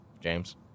James